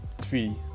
three